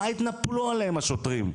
מה התנפלו עליהם השוטרים?